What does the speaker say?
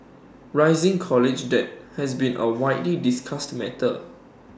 rising college debt has been A widely discussed matter